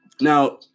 Now